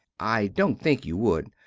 i dont think you wood,